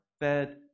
fed